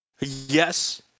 yes